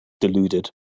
deluded